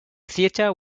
theatre